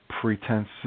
pretense